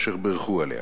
אשר בירכו עליה.